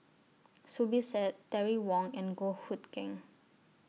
Zubir Said Terry Wong and Goh Hood Keng